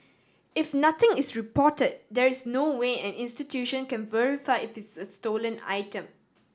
if nothing is report there is no way an institution can verify if it is a stolen item